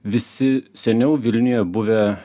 visi seniau vilniuje buvę